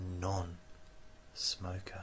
non-smoker